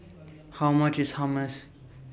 How much IS Hummus